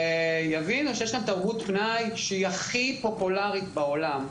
וברגע שיבינו שיש כאן תרבות פנאי שהיא הכי פופולרית בעולם,